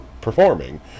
performing